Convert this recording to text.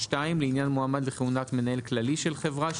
(2) לעניין מועמד לכהונת מנהל כללי של חברה,